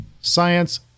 science